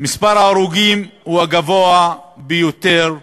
במדינת ישראל מספר ההרוגים הוא הגבוה ביותר במערב.